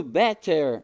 better